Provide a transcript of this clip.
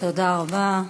תודה רבה.